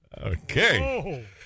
Okay